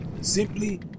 Simply